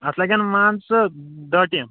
اَتھ لَگن مان ژٕ دہ ٹیٖن